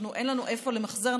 אין לנו איפה למחזר.